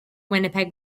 winnipeg